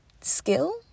skill